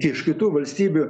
iš kitų valstybių